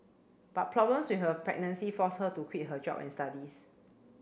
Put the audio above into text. but problems with her pregnancy forced her to quit her job and studies